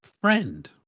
friend